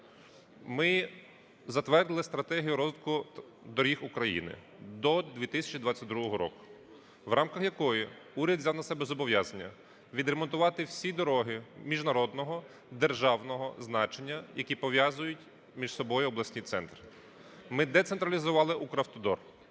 Ми затвердили стратегію розвитку доріг України до 2022 року, в рамках якої уряд взяв на себе зобов'язання відремонтувати всі дороги міжнародного, державного значення, які пов'язують між собою обласні центри. Ми децентралізували "Укравтодор".